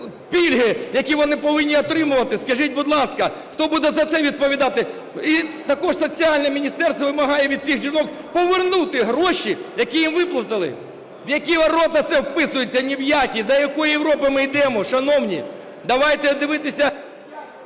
пільги, які вони повинні отримувати. Скажіть, будь ласка, хто буде за це відповідати? І також соціальне міністерство вимагає від цих жінок повернути гроші, які їм виплатили. В які ворота це вписується? Ні в які. До якої Європи ми йдемо, шановні? Давайте дивитися…